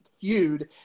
feud